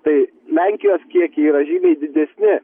tai lenkijos kiekiai yra žymiai didesni